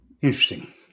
Interesting